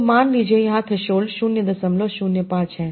तो मान लीजिए यहाँ थ्रेसोल्ड 005 है